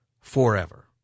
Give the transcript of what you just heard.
forever